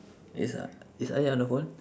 is uh is ayat on the phone